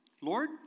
Lord